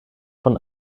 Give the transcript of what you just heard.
von